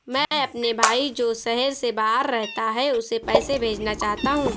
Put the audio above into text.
मैं अपने भाई जो शहर से बाहर रहता है, उसे पैसे भेजना चाहता हूँ